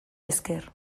esker